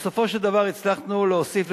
בסופו של דבר הצלחנו להוסיף,